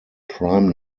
prime